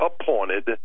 appointed